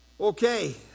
Okay